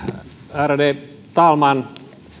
ärade talman